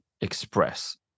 express